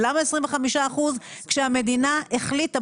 ולמה 25 אחוזים שהמדינה החליטה?